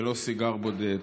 ולא סיגר בודד.